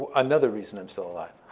another reason i'm still alive.